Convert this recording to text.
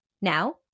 Now